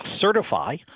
certify